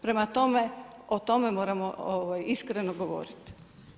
Prema tome, o tome moramo iskreno govoriti.